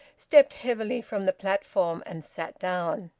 stepped heavily from the platform and sat down.